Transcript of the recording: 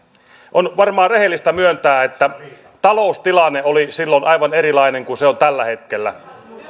on varmaan rehellistä myöntää että taloustilanne oli silloin aivan erilainen kuin se on tällä hetkellä